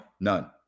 None